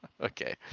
Okay